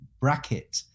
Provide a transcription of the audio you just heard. bracket